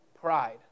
pride